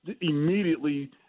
immediately